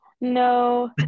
No